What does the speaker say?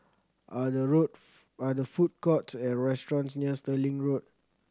are there road are there food courts or restaurants near Stirling Road